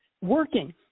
working